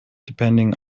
depending